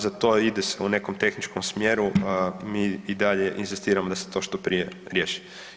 Za to ide se u nekom tehničkom smjeru, mi i dalje inzistiramo da se to što prije riješi.